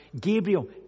Gabriel